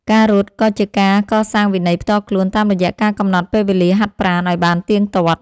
ការរត់ ក៏ជាការកសាងវិន័យផ្ទាល់ខ្លួនតាមរយៈការកំណត់ពេលវេលាហាត់ប្រាណឱ្យបានទៀងទាត់។